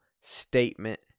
statement